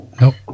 Nope